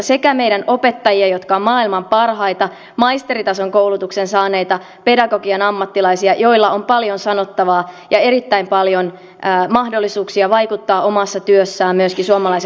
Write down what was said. tarkoitan meidän opettajia jotka ovat maailman parhaita maisteritason koulutuksen saaneita pedagogian ammattilaisia joilla on paljon sanottavaa ja erittäin paljon mahdollisuuksia vaikuttaa omassa työssään myös suomalaisen koulutusjärjestelmän kehittämiseen